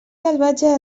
salvatge